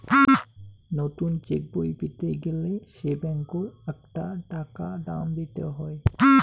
নতুন চেকবই পেতে গেলে সে ব্যাঙ্কত আকটা টাকা দাম দিত হই